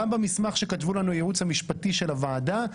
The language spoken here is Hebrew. גם במסמך שכתבו לנו הייעוץ המשפטי של הוועדה,